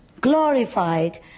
glorified